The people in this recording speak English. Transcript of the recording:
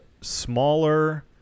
smaller